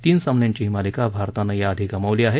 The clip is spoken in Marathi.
तीन सामन्याची ही मालिका भारतानं याआधी गमावली आहे